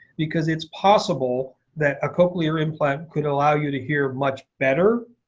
because it's possible that a cochlear implant could allow you to hear much better.